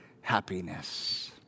happiness